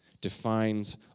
defines